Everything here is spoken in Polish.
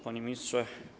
Panie Ministrze!